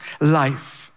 life